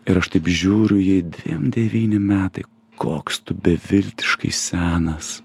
ir aš taip žiūriu į jį dvim devyni metai koks tu beviltiškai senas